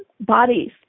bodies